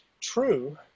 true